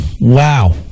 wow